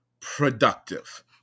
productive